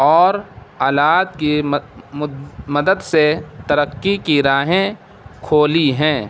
اور آلات کی مدد سے ترقی کی راہیں کھولی ہیں